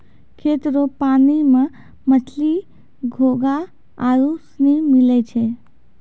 खेत रो पानी मे मछली, घोंघा आरु सनी मिलै छै